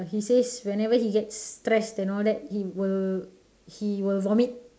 he says whenever he get stressed and all that he will he will vomit